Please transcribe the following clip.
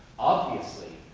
obviously,